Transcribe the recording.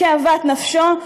כאוות נפשו,